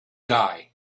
die